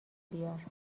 بیار